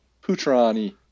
putrani